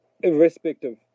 irrespective